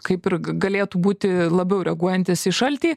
kaip ir galėtų būti labiau reaguojantis į šaltį